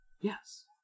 Yes